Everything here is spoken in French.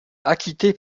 acquitté